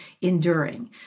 enduring